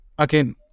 Again